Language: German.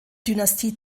dynastie